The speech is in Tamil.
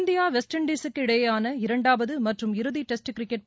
இந்தியா வெஸ்ட் இண்டஸுக்கு இடையேயான இரண்டாவது மற்றும் இறுதி டெஸ்ட் கிரிக்கெட்